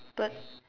but